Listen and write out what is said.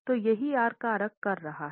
तो यही आर कारक कर रहा है